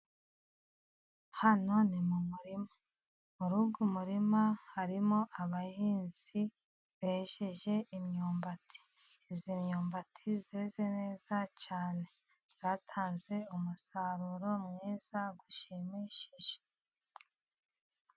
Hano ni mu murima, muri uyu murima harimo abahinzi bejeje imyumbati, izi myumbati zeze neza cyane, zatanze umusaruro mwiza ushimishije.